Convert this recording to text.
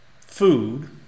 Food